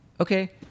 okay